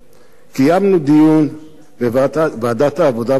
קיימנו דיון בוועדת העבודה והרווחה